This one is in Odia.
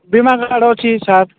ବୀମା କାର୍ଡ୍ ଅଛି ସାର୍